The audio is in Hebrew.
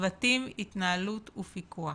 צוותים התנהלות ופיקוח.